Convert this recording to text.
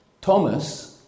Thomas